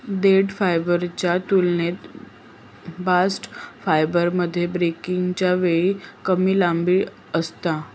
देठ फायबरच्या तुलनेत बास्ट फायबरमध्ये ब्रेकच्या वेळी कमी लांबी असता